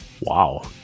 Wow